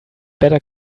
better